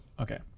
Okay